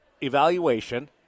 evaluation